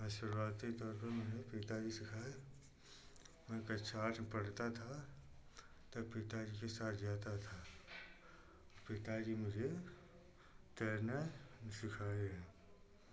शुरुआती तौर पर मेरे पिता जी सिखाए मैं कक्षा आठ में पढ़ता था तब पिता जी के साथ जाता था पिता जी मुझे तैरना सिखाए हैं